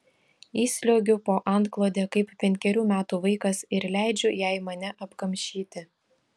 įsliuogiu po antklode kaip penkerių metų vaikas ir leidžiu jai mane apkamšyti